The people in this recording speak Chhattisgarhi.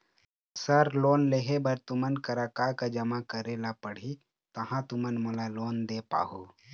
सर लोन लेहे बर तुमन करा का का जमा करें ला पड़ही तहाँ तुमन मोला लोन दे पाहुं?